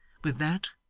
with that,